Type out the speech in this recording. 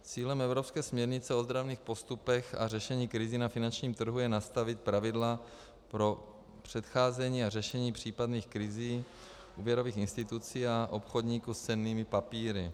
Cílem evropské směrnice o ozdravných postupech a řešení krizí na finančním trhu je nastavit pravidla pro předcházení a řešení případných krizí úvěrových institucí a obchodníků s cennými papíry.